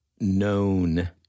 known